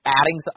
adding –